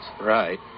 Right